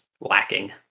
lacking